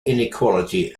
inequality